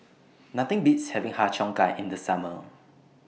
Nothing Beats having Har Cheong Gai in The Summer